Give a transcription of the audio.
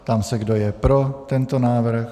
Ptám se, kdo je pro tento návrh.